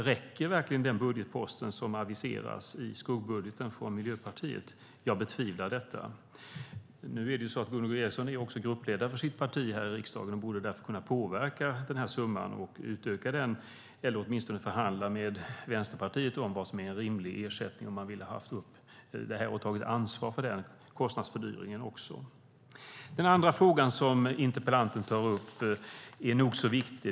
Räcker verkligen den budgetpost som aviseras i skuggbudgeten från Miljöpartiet? Jag betvivlar det. Gunvor G Ericson är också gruppledare för sitt parti i riksdagen och borde därför kunna påverka summan och utöka den eller åtminstone förhandla med Vänsterpartiet om vad som är en rimlig ersättning om man vill ha upp den och ta ansvar för kostnadsfördyringen. Den andra frågan som interpellanten tar upp är nog så viktig.